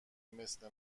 مثل